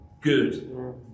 good